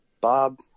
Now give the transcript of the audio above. Bob